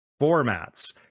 formats